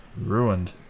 ruined